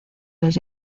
les